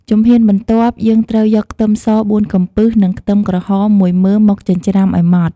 ជំហានបន្ទាប់ យើងត្រូវយកខ្ទឹមស៤កំពឹស និងខ្ទឹមក្រហម ១មើមមកចិញ្រ្ចាំឲ្យម៉ដ្ឋ។